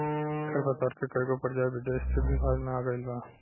खर पतवार के कएगो प्रजाति विदेश से भी भारत मे आ गइल बा